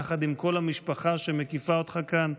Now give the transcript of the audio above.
יחד עם כל המשפחה שמקיפה אותך כאן.